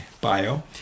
bio